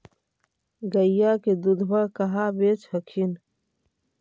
गईया के दूधबा कहा बेच हखिन?